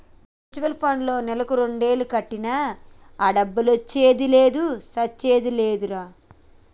mutual పండ్లో నెలకు రెండేలు కట్టినా ఆ డబ్బులొచ్చింది లేదు సచ్చింది లేదు కదరా